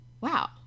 wow